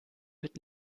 mit